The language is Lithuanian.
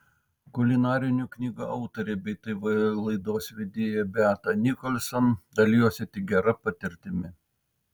kulinarinių knygų autorė bei tv laidos vedėja beata nicholson dalijosi tik gera patirtimi